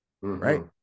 Right